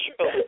true